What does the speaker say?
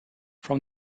from